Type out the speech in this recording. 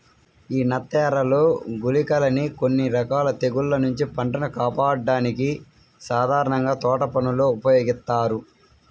యీ నత్తఎరలు, గుళికలని కొన్ని రకాల తెగుల్ల నుంచి పంటను కాపాడ్డానికి సాధారణంగా తోటపనుల్లో ఉపయోగిత్తారు